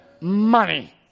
money